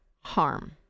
harm